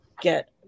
get